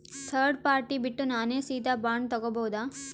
Third party ಬಿಟ್ಟು ನಾನೇ ಸೀದಾ ಬಾಂಡ್ ತೋಗೊಭೌದಾ?